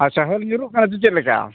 ᱟᱪᱪᱷᱟ ᱦᱳᱭ ᱧᱩᱨᱩᱜ ᱠᱟᱱᱟ ᱥᱮ ᱪᱮᱫ ᱞᱮᱠᱟ